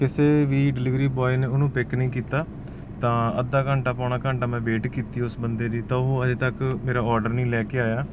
ਕਿਸੇ ਵੀ delivery boy ਨੇ ਉਹਨੂੰ ਪਿੱਕ ਨਹੀਂ ਕੀਤਾ ਤਾਂ ਅੱਧਾ ਘੰਟਾ ਪੌਣਾ ਘੰਟਾ ਮੈਂ ਵੇਟ ਕੀਤੀ ਉਸ ਬੰਦੇ ਦੀ ਤਾਂ ਉਹ ਹਜੇ ਤੱਕ ਮੇਰਾ ਓਡਰ ਨਹੀਂ ਲੈ ਕੇ ਆਇਆ